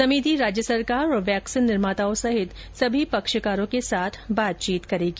समिति राज्य सरकार और वैक्सीन निर्माताओं सहित सभी पक्षकारों के साथ बातचीत करेगी